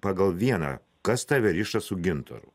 pagal vieną kas tave riša su gintaru